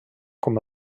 com